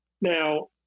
Now